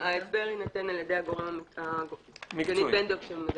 ההסבר יינתן על ידי גברת בן דב.